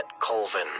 Colvin